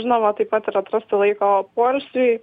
žinoma taip pat ir atrasti laiko poilsiui